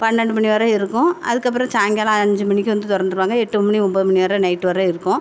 பன்னெண்டு மணி வரையும் இருக்கும் அதுக்கப்புறம் சாய்ங்காலம் அஞ்சு மணிக்கு வந்து திறந்துருவாங்க எட்டு மணி ஒம்பது மணி வரை நைட்டு வரை இருக்கும்